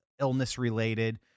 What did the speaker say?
illness-related